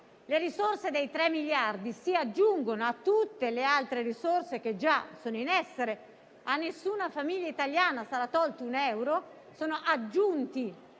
Le risorse dei 3 miliardi si aggiungono a tutte le altre risorse che già sono in essere. A nessuna famiglia italiana sarà tolto un euro: sono aggiunti